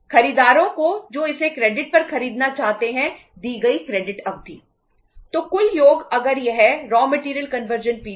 खरीदारों को जो इसे क्रेडिट पर खरीदना चाहते हैं दी गई क्रेडिट अवधि